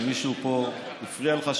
מישהו פה הפריע לך?